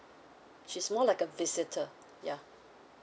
she's more like a visitor yeah